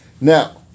Now